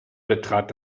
betrat